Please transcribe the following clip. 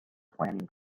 planning